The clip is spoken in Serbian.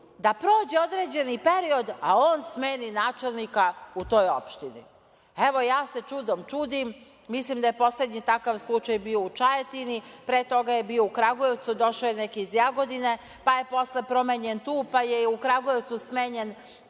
da prođe određeni period a on smeni načelnika u toj opštini? Evo, ja se čudom čudim, mislim da je poslednji takav slučaj bio u Čajetini, pre toga je bio u Kragujevcu, došao je neki iz Jagodine, pa je posle promenjen tu, pa je u Kragujevcu smenjen